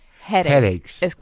headaches